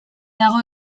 dago